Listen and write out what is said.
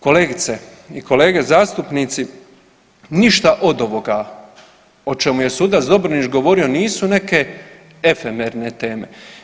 Kolegice i kolege zastupnici, ništa od ovoga o čemu je sudac Dobronić govorio nisu neke efemerne teme.